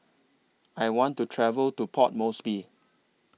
I want to travel to Port Moresby